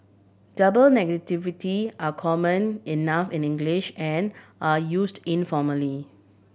double are common enough in English and are used informally